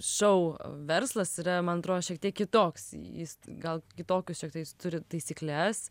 šou verslas yra man atro šiek tiek kitoks jis gal kitokius šiek tiek turi taisykles